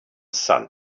sun